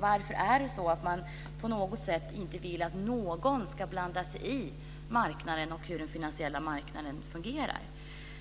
Varför vill man inte på något sätt att någon ska blanda sig i marknaden och hur den finansiella marknaden fungerar?